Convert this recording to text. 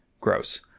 Gross